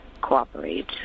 cooperate